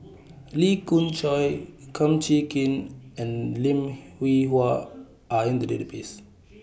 Lee Khoon Choy Kum Chee Kin and Lim Hwee Hua Are in The Database